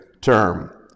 term